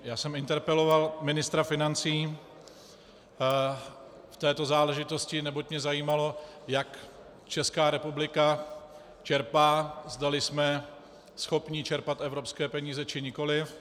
Já jsem interpeloval ministra financí v této záležitosti, neboť mě zajímalo, jak Česká republika čerpá, zdali jsme schopni čerpat evropské peníze, či nikoliv.